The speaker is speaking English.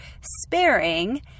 sparing